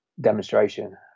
demonstration